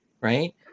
right